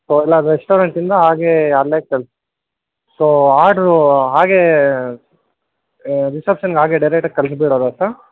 so ಎಲ್ಲ ರೆಸ್ಟೋರೆಂಟಿಂದ ಹಾಗೆ ಅಲ್ಲೇ ಕಳ್ಸಿ ಸೊ ಆರ್ಡ್ರು ಹಾಗೆ ರಿಸೆಪ್ಶನ್ಗೆ ಹಾಗೆ ಡೈರೆಕ್ಟಾಗಿ ಕಳ್ಸ್ಬಿಡೋದಾ ಸರ್